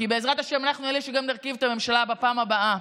כי בעזרת השם אנחנו אלה שנרכיב גם את הממשלה בפעם הבאה,